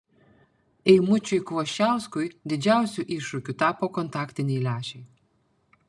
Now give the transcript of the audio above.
eimučiui kvoščiauskui didžiausiu iššūkiu tapo kontaktiniai lęšiai